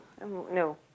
no